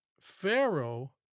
Pharaoh